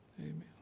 amen